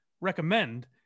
recommend